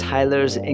Tyler's